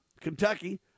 Kentucky